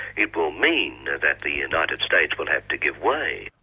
it will mean that the united states will have to give way.